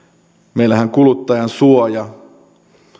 meillähän kuluttajansuoja